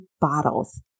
bottles